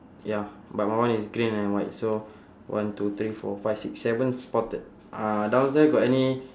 ya but my one is green and white so one two three four five six seven spotted uh downstairs got any